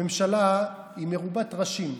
הממשלה היא מרובת ראשים,